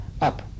up